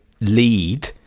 lead